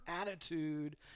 attitude